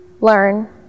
learn